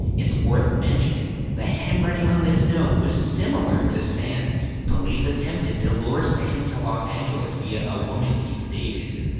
it's worth mentioning, the handwriting on this note was similar to sands. police attempted to lure sands to los angeles via a woman he'd dated.